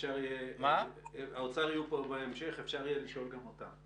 אפשר יהיה לשאול גם אותם.